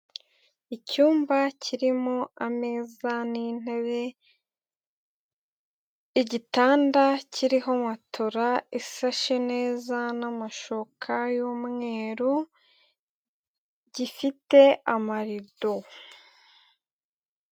Icyumba kirimo ameza n'intebe, igitanda kiriho matora isashe neza n'amashoka y'mweru, gifite amarido.